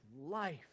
life